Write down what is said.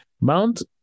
Mount